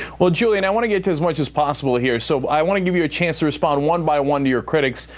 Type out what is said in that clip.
well, julian, i want to get to as much as possible here. so i want to give you a chance to respond one by one to your critics.